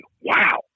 wow